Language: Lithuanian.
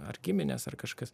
ar gimines ar kažkas